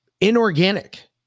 inorganic